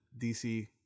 DC